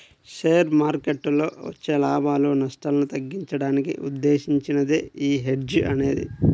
share మార్కెట్టులో వచ్చే లాభాలు, నష్టాలను తగ్గించడానికి ఉద్దేశించినదే యీ హెడ్జ్ అనేది